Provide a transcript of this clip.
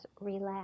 relax